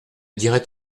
dirait